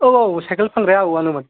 औ साइकेल फानग्राया औ आंनो मोन